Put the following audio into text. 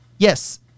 yes